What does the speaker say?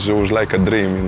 so was like a dream.